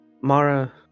Mara